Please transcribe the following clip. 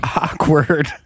awkward